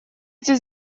эти